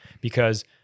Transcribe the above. Because-